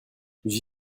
j’y